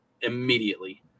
immediately